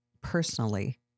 personally